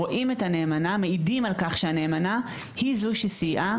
רואים את הנאמנה ומעידים על כך שהנאמנה היא זו שסייעה,